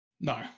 No